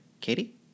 Katie